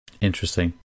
Interesting